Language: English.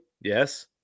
Yes